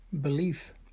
belief